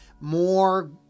more